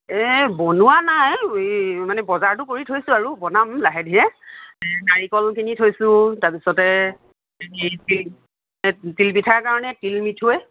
এ বনোৱা নাই এই মানে বজাৰটো কৰি থৈছোঁ আৰু বনাম লাহে ধীৰে নাৰিকল কিনি থৈছোঁ তাৰ পিছতে তিল পিঠাৰ কাৰণে তিল মিঠৈ